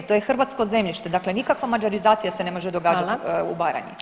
To je hrvatsko zemljište, dakle nikakva mađarizacija se ne može događat u Baranji.